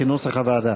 כנוסח הוועדה.